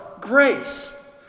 grace